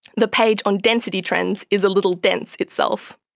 the page on density trends is a little dense itself.